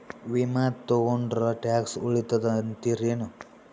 ವಿಮಾ ತೊಗೊಂಡ್ರ ಟ್ಯಾಕ್ಸ ಉಳಿತದ ಅಂತಿರೇನು?